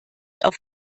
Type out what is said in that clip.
auf